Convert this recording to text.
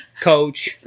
coach